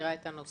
מכירה את הנושא,